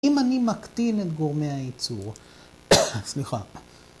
‫אם אני מקטין את גורמי הייצור... ‫סליחה.